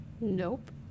Nope